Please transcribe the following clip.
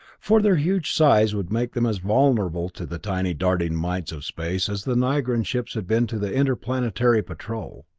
for their huge size would make them as vulnerable to the tiny darting mites of space as the nigran ships had been to the interplanetary patrol.